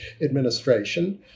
administration